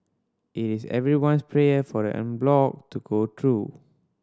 it is everyone's prayer for the en bloc to go through